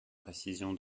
précision